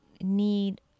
need